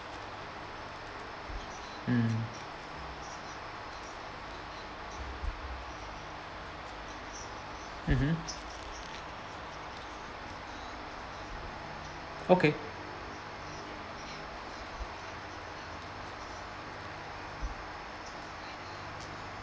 mm mmhmm okay